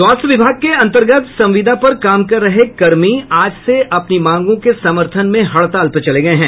स्वास्थ्य विभाग के अन्तर्गत संविदा पर काम कर रहे कर्मी आज से अपनी मांगों के समर्थन में हड़ताल पर चले गये हैं